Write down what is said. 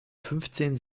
fünfzehn